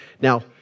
Now